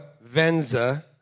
Venza